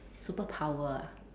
superpower ah